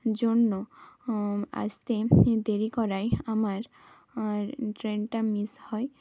জন্য আসতে দেরি করায় আমার আর ট্রেনটা মিস হয়